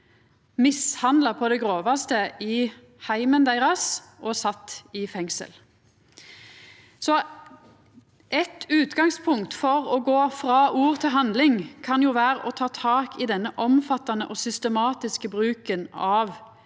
mishandla på det grovaste i heimen sin og sett i fengsel. Så eit utgangspunkt for å gå frå ord til handling kan vera å ta tak i denne omfattande og systematiske bruken av